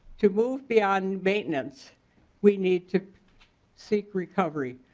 to move beyond maintenance we need to seek recovery.